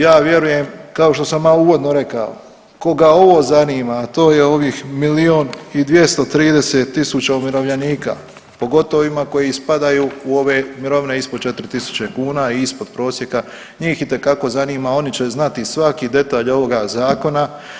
Ja vjerujem kao što sam i uvodno rekao, koga ovo zanima, a to je ovih milijun i 230 tisuća umirovljenika, pogotovo ima koji spadaju u ove mirovine ispod 4 tisuće kuna i ispod prosjeka, njih itekako zanima, oni će znati svaki detalj ovoga Zakona.